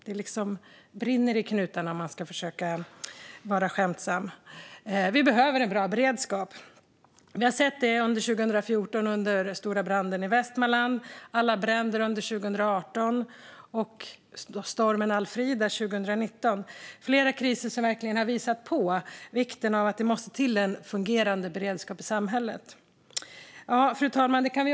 Det brinner liksom i knutarna, om man ska försöka vara skämtsam. Vi behöver en bra beredskap. Vi såg det under den stora branden i Västmanland 2014, under alla bränder 2018 och i samband med stormen Alfrida 2019. Det är flera kriser som verkligen har visat på vikten av en fungerande beredskap i samhället.